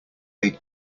aid